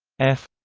f